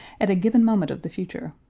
at a given moment of the future.